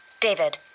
David